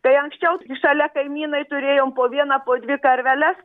tai anksčiau šalia kaimynai turėjom po vieną po dvi karveles